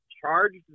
charged